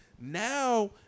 Now